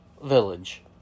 village